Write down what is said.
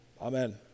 amen